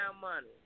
money